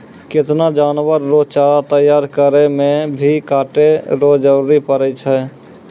केतना जानवर रो चारा तैयार करै मे भी काटै रो जरुरी पड़ै छै